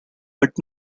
but